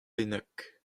bennak